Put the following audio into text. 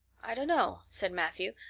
i dunno, said matthew,